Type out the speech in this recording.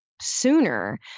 sooner